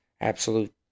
absolute